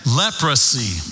leprosy